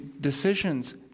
decisions